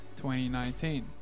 2019